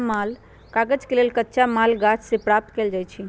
कागज के लेल कच्चा माल गाछ से प्राप्त कएल जाइ छइ